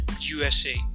USA